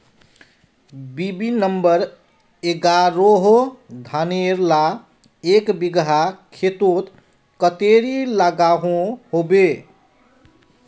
BB number एगारोह धानेर ला एक बिगहा खेतोत कतेरी लागोहो होबे?